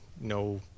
No